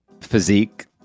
physique